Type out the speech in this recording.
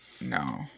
no